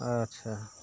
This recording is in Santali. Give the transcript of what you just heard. ᱟᱪᱪᱷᱟ